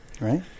Right